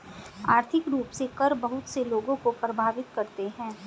आर्थिक रूप से कर बहुत से लोगों को प्राभावित करते हैं